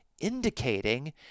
indicating